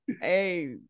Hey